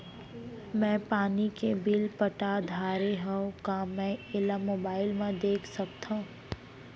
मैं पानी के बिल पटा डारे हव का मैं एला मोबाइल म देख सकथव?